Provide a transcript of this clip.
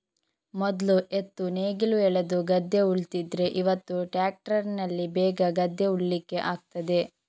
ಮೊದ್ಲು ಎತ್ತು ನೇಗಿಲು ಎಳೆದು ಗದ್ದೆ ಉಳ್ತಿದ್ರೆ ಇವತ್ತು ಟ್ರ್ಯಾಕ್ಟರಿನಲ್ಲಿ ಬೇಗ ಗದ್ದೆ ಉಳ್ಳಿಕ್ಕೆ ಆಗ್ತದೆ